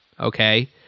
Okay